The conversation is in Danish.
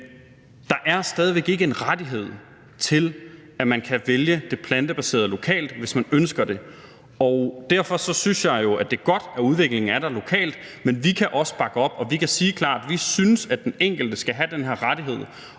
der er stadig væk ikke en rettighed til, at man lokalt kan vælge det plantebaserede, hvis man ønsker det. Og derfor synes jeg jo, det er godt, at udviklingen er der lokalt, men vi kan også bakke op, og vi kan sige klart: Vi synes, at den enkelte skal have den her rettighed.